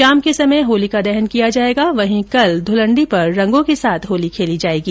शाम के समय होलिका दहन किया जायेगा वहीं कल धुलण्डी पर रंगों के साथ होली खेली जायेगी